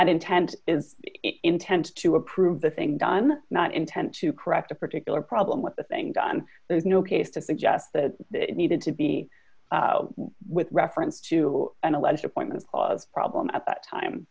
that intent is intent to approve the thing done not intent to correct a particular problem with the thing done there's no case to suggest that it needed to be with reference to an alleged appointment clause problem at the time